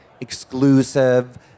exclusive